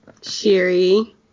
Shiri